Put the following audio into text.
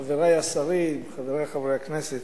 חברי השרים, חברי חברי הכנסת,